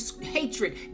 hatred